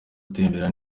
atembera